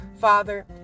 father